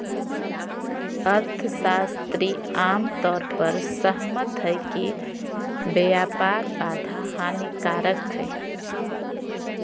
अर्थशास्त्री आम तौर पर सहमत हइ कि व्यापार बाधा हानिकारक हइ